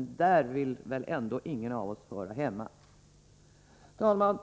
Där vill väl ändå ingen av oss höra hemma. Fru talman!